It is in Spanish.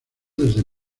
desde